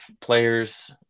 players